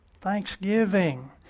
thanksgiving